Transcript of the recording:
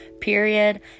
period